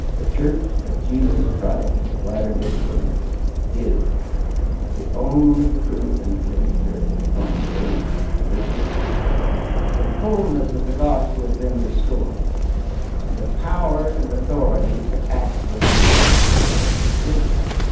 the church of jesus christ of latter-day saints is the only true and living upon the face of this earth the fullness of the gospel has been restored the power and authority to act for him is present with us